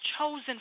chosen